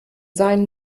sein